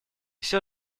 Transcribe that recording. все